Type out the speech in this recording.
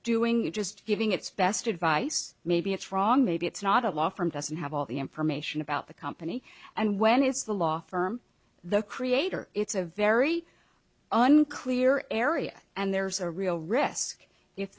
doing it just giving its best advice maybe it's wrong maybe it's not a law firm doesn't have all the information about the company and when it's the law firm the creator it's a very unclear area and there's a real risk if